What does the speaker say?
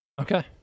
Okay